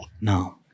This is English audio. No